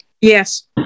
Yes